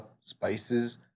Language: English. spices